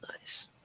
nice